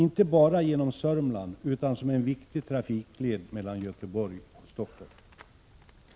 1986/87:122 utan även som en viktig trafikled mellan Göteborg och Stockholm. 13 maj 1987